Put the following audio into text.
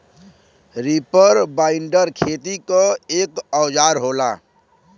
reaper binder खेती क एक औजार होला